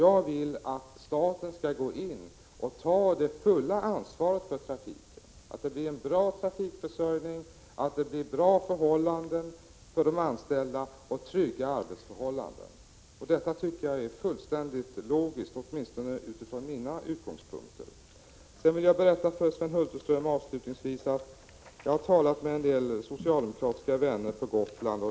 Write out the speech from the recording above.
Jag vill att staten skall gå in och ta det fulla ansvaret för trafiken så att det blir en bra trafikförsörjning samt trygga arbetsförhållanden för de anställda. Detta tycker jag är fullständigt logiskt, åtminstone från mina utgångspunkter. Avslutningsvis vill jag berätta en sak för Sven Hulterström. Jag har talat med en del socialdemokratiska vänner till mig på Gotland.